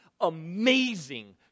amazing